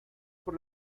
por